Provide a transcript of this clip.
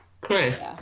Chris